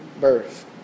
birth